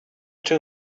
two